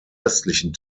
östlichen